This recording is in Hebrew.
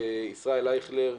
ישראל אייכלר,